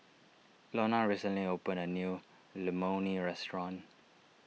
Lonna recently opened a new Imoni Restaurant